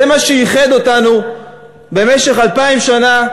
זה מה שאיחד אותנו במשך 2,000 שנה,